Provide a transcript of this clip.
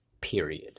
Period